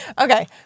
Okay